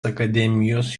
akademijos